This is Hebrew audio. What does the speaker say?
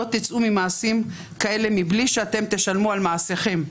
לא תצאו ממעשים כאלה מבלי שאתם תשלמו על מעשיכם.